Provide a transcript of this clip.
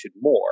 more